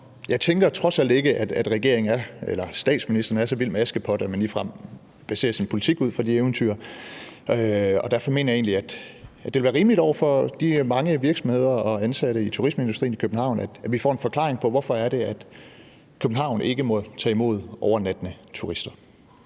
Jeg tænker trods alt ikke, at regeringen eller statsministeren er så vild med Askepot, at man ligefrem baserer sin politik på det eventyr, og derfor mener jeg egentlig, at det ville være rimeligt over for de mange virksomheder og ansatte i turismeindustrien i København, at vi får en forklaring på, hvorfor København ikke må tage imod overnattende turister.